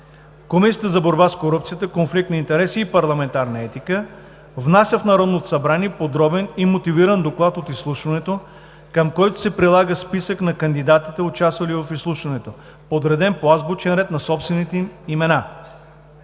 Комисията за борба с корупцията, конфликт на интереси и парламентарна етика внася в Народното събрание подробен и мотивиран доклад от изслушването, към който се прилага списък на кандидатите, участвали в изслушването, подреден по азбучен ред на собствените им имена.